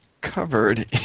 covered